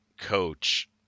coach